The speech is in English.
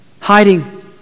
hiding